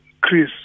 Chris